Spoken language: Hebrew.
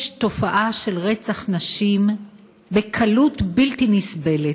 יש תופעה של רצח נשים בקלות בלתי נסבלת.